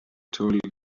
told